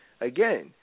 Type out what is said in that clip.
Again